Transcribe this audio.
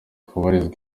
kubarizwa